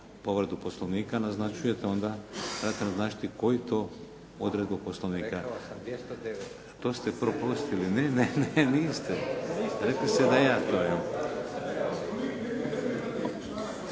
povredu Poslovnika naznačujete trebate naznačiti koju to odredbu Poslovnika. … /Upadica: Rekao sam 209./ … To ste propustili. Ne, ne niste. Rekli ste da ja to.